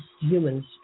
Humans